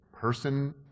person